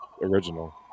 original